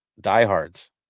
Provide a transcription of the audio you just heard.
diehards